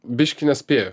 biškį nespėju